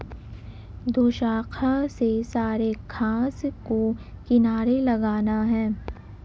दोशाखा से सारे घास को किनारे लगाना है